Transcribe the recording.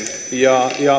ja